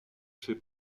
fait